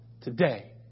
today